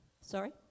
Sorry